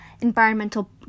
environmental